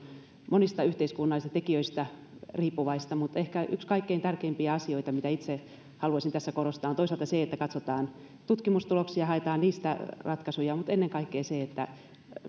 monista yhteiskunnallisista tekijöistä riippuvaista mutta ehkä yksi kaikkein tärkeimpiä asioita mitä itse haluaisin tässä korostaa on toisaalta se että katsotaan tutkimustuloksia haetaan niistä ratkaisuja mutta ennen kaikkea se että